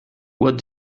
what